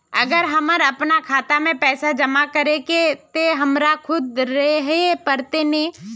अगर हमर अपना खाता में पैसा जमा करे के है ते हमरा खुद रहे पड़ते ने?